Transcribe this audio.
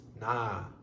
Nah